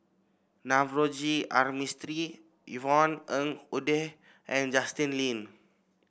Navroji R Mistri Yvonne Ng Uhde and Justin Lean